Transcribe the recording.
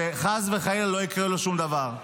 שחס וחלילה לא יקרה לו שום דבר.